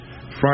Friday